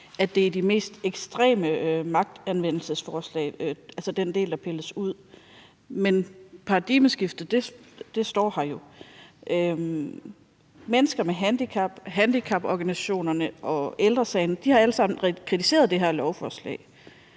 sig om de mest ekstreme magtanvendelsesforslag, altså den del, der pilles ud. Men paradigmeskiftet står jo ved magt. Mennesker med handicap, handicaporganisationerne og Ældre Sagen har alle sammen kritiseret det her lovforslag.